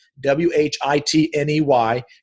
W-H-I-T-N-E-Y